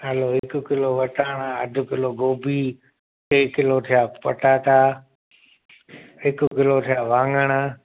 हलो हिक किलो वटाणा अधि किलो गोभी टे किलो थिया पटाटा हिक किलो थिया वाङण